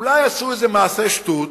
אולי עשו מעשה שטות